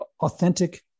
authentic